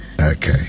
Okay